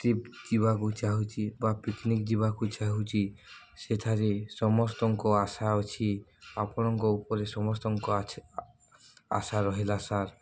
trip ଯିବାକୁ ଚାହୁଁଛି ବା ପିକ୍ନିକ୍ ଯିବାକୁ ଚାହୁଁଛି ସେଠାରେ ସମସ୍ତଙ୍କ ଆଶା ଅଛି ଆପଣଙ୍କ ଉପରେ ସମସ୍ତଙ୍କ ଆଶା ରହିଲା ସାର୍